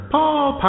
Paul